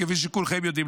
כפי שכולכם יודעים,